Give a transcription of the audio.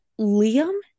Liam